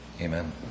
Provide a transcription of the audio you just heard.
Amen